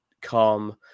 calm